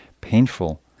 painful